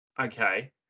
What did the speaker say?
Okay